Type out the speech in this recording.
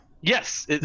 Yes